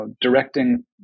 directing